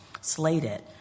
slated